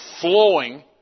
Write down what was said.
flowing